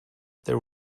there